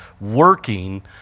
working